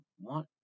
want